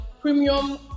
premium